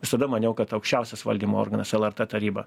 visada maniau kad aukščiausias valdymo organas lrt taryba